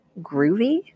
Groovy